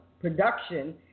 production